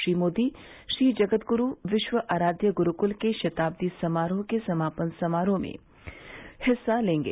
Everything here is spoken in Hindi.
श्री मोदी श्रीजगदगुरू विश्वआराध्य गुरूक्ल के शताब्दी समारोह के समापन समारोह में हिस्सा लेंगे